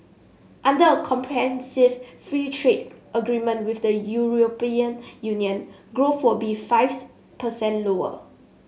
under a comprehensive free trade agreement with the Union growth would be fives percent lower